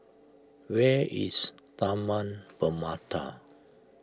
where is Taman Permata